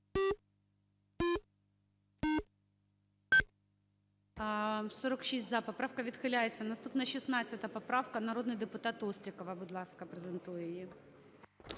За-46 Поправка відхиляється. Наступна 16 поправка. Народний депутат Острікова, будь ласка, презентує її.